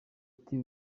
ati